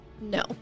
no